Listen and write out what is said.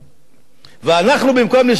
ואנחנו, במקום לשמור על החקלאות,